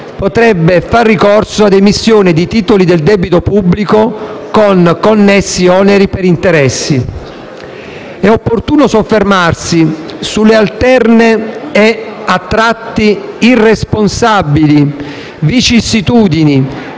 potrebbe far ricorso ad emissioni di titoli del debito pubblico, con connessi oneri per interessi. È opportuno soffermarsi sulle alterne e a tratti irresponsabili vicissitudini